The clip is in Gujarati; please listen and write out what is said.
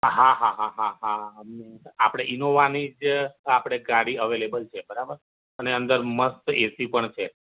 હા હા હા હા હા આપણે ઈનોવાની જ આપણે ગાડી અવેલેબલ છે બરાબર છે અને અંદર મસ્ત એ સી પણ છે